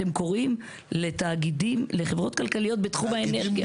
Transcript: אתם קוראים לחברות כלכליות בתחום האנרגיה.